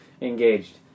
engaged